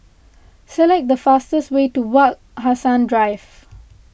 select the fastest way to Wak Hassan Drive